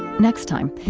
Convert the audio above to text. next time,